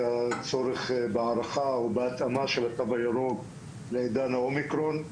הצורך בהארכה או בהתאמה של התו הירוק לעידן האומיקרון,